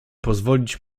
pozwolić